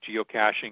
geocaching